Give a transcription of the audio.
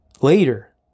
Later